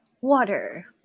water